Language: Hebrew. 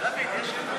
תודה רבה לחבריי